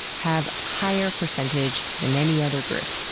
have higher percentage than any other group.